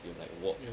you might walk